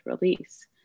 release